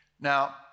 Now